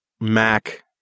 Mac